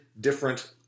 different